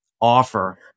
offer